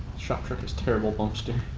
shock trick has terrible bump steering.